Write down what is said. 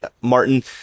Martin